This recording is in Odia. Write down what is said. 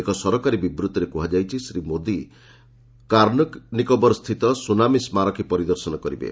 ଏକ ସରକାରୀ ବିବୃଭିରେ କୁହାଯାଇଛି ଶ୍ରୀ ମୋଦି କାର୍ନିକୋବର ସ୍ଥିତ ସୁନାମୀ ସ୍କାରକୀ ପରିଦର୍ଶନ କରିବେ